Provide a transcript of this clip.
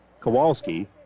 Kowalski